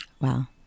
Wow